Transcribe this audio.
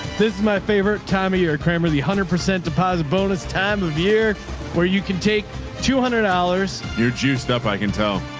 this is my favorite time of year cramer. the a hundred percent deposit bonus time of year where you can take two hundred dollars, your juice stuff. i can tell,